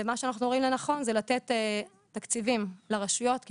מה שאנחנו רואים לנכון זה לתת תקציבים לרשויות כי